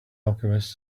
alchemist